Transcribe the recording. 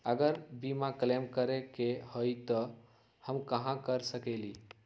अगर बीमा क्लेम करे के होई त हम कहा कर सकेली?